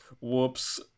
whoops